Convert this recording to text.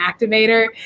activator